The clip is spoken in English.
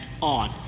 on